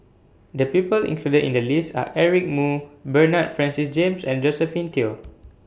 The People included in The list Are Eric Moo Bernard Francis James and Josephine Teo